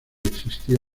existía